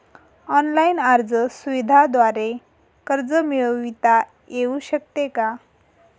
Online अर्ज सुविधांद्वारे कर्ज मिळविता येऊ शकते का?